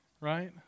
right